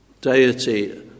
deity